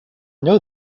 know